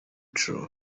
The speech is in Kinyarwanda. true